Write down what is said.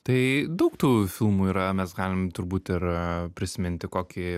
tai daug tų filmų yra mes galim turbūt ir prisiminti kokį